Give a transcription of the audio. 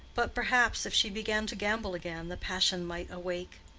but perhaps if she began to gamble again, the passion might awake.